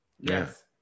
Yes